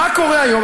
מה קורה היום?